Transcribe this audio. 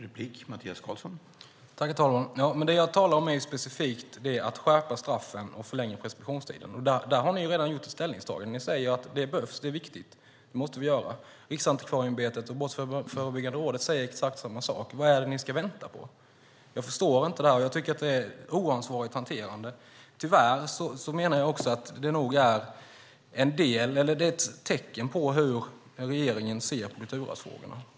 Herr talman! Men det jag talar om är specifikt att skärpa straffen och förlänga preskriptionstiden. Där har ni redan gjort ett ställningstagande. Ni säger att det behövs, att det är viktigt och att vi måste göra det. Riksantikvarieämbetet och Brottsförebyggande rådet säger exakt samma sak. Vad är det ni ska vänta på? Jag förstår inte det. Jag tycker att det är ett oansvarigt hanterande. Jag menar också att det tyvärr nog är ett tecken på hur regeringen ser på kulturarvsfrågorna.